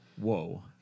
whoa